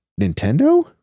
Nintendo